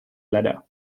ladder